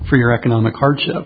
for your economic hardship